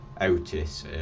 Otis